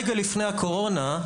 רגע לפני הקורונה,